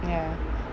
ya